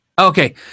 okay